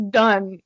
done